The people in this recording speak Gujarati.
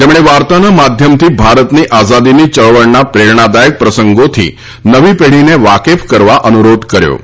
તેમણે વાર્તાના માધ્યમથી ભારતની આઝાદીની ચળવળના પ્રેરણાદાયક પ્રસંગોથી નવી પેઢીને વાકેફ કરવા અનુરોધ કર્યો હતો